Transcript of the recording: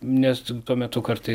nes tuo metu kartais